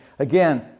Again